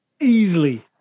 Easily